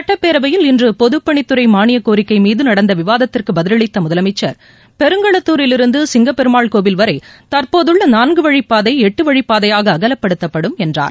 சட்டப்பேரவையில் இன்று பொதுப்பணித்துறை மாளியக்கோரிக் மீது நடக்க விவாதத்திற்கு பதில் அளித்த முதலமைச்சர் பெருங்களத்தூரில் இருந்து சிங்கப்பெருமாள் வரை தற்போது உள்ள நான்கு வழிப் பாதை ளட்டுவழிப்பாதையாக கோயில் அகலப்படுத்தப்படும் என்றார்